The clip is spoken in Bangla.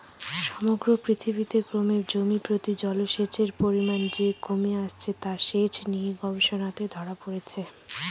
সমগ্র পৃথিবীতে ক্রমে জমিপ্রতি জলসেচের পরিমান যে কমে আসছে তা সেচ নিয়ে গবেষণাতে ধরা পড়েছে